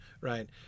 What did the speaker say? Right